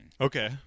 Okay